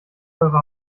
eure